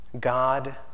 God